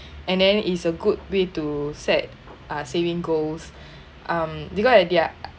and then it's a good way to set ah saving goals um because at their